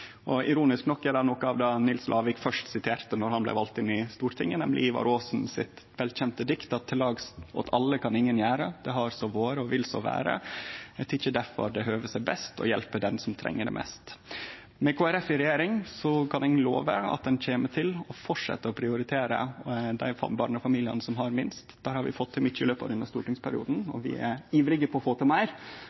Ironisk nok er det noko av det som Nils Lavik først siterte frå då han vart vald inn på Stortinget, nemleg Ivar Aasen sitt velkjende dikt: «Til Lags aat alle kann ingen gjera; det er no gamalt og vil so vera. Eg tykkjer stødt, at det høver best aa hjelpa den, som det trenger mest.» Med Kristeleg Folkeparti i regjering kan eg love at ein kjem til å fortsetje å prioritere dei barnefamiliane som har minst. Der har vi fått til mykje i løpet av denne stortingsperioden, og vi er ivrige etter å få til meir.